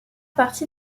partie